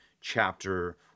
chapter